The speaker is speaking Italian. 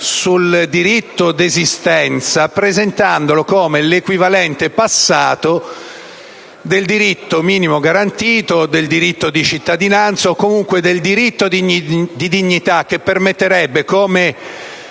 sul diritto di esistenza come l'equivalente passato del diritto al reddito minimo garantito, del diritto di cittadinanza o comunque del diritto di dignità, che permetterebbe - come